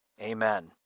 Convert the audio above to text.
Amen